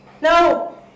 No